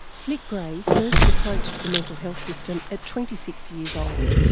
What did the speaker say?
flick grey first approached the mental health system at twenty six years old,